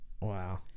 Wow